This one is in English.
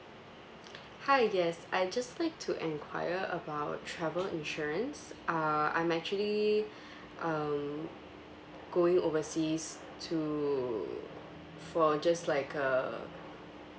hi yes I just like to enquire about travel insurance uh I'm actually um going overseas to for just like uh